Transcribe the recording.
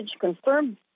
confirmed